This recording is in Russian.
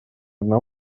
одна